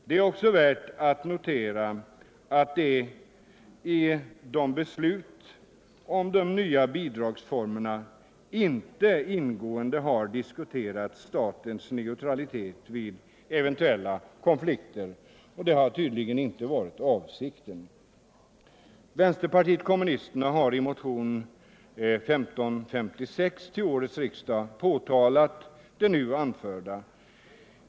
Det är också värt att notera att vid fattandet av beslut om nya bidragsformer inte ingående har diskuterats statens neutralitet vid eventuella konflikter, och det har tydligen inte varit avsikten. Vänsterpartiet kommunisterna har i motionen 1556 till årets riksdag påtalat det nu anförda.